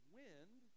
wind